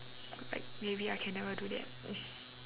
like maybe I can never do that